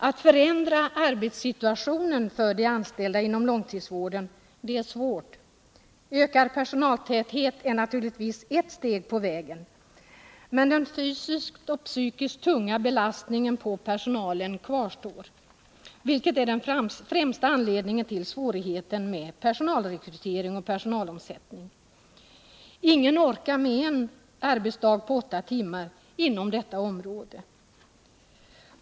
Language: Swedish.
Att förändra arbetssituationen för de anställda inom långtidsvården är svårt. Ökad personaltäthet är naturligtvis ett steg på vägen. Men den fysiskt och psykiskt tunga belastningen på personalen kvarstår, vilket är den främsta anledningen till svårigheten med personalrekrytering och personalomsättning. Ingen orkar med en arbetsdag på åtta timmar inom detta område.